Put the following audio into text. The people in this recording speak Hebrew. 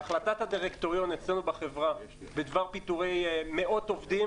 והחלטת הדירקטוריון אצלנו בחברה בדבר פיטורי מאות עובדים